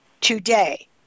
today